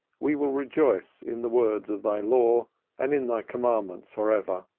we will rejoice in the words of thy law and in thy commandments for ever,